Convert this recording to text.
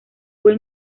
fue